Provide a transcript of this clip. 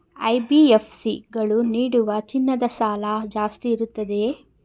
NBFC ಗಳು ನೀಡುವ ಚಿನ್ನದ ಸಾಲ ಜಾಸ್ತಿ ಇರುತ್ತದೆಯೇ?